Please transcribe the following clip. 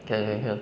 can can can